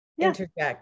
interject